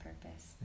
purpose